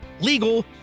legal